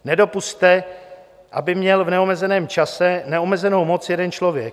Nedopusťte, aby měl v neomezeném čase neomezenou moc jeden člověk.